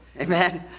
Amen